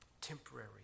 temporary